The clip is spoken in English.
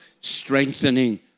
strengthening